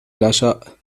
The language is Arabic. العشاء